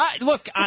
Look